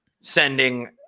sending